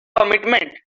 commitment